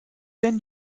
werden